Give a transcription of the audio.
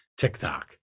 TikTok